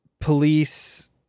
police